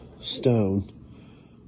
stone